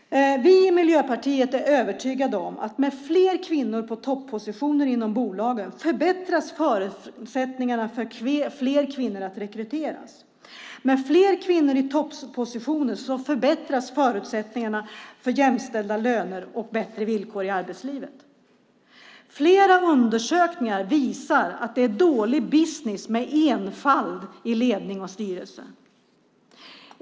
Vi i Miljöpartiet är övertygade om att med fler kvinnor på toppositioner inom bolagen förbättras förutsättningarna för fler kvinnor att rekryteras. Med fler kvinnor på toppositioner förbättras förutsättningarna för jämställda löner och bättre villkor i arbetslivet. Flera undersökningar visar att det är dålig business med enfald i ledning och styrelse.